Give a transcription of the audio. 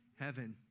heaven